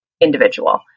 individual